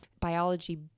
biology